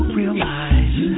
realize